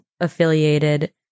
affiliated